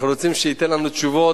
אנחנו רוצים שהוא ייתן לנו תשובות,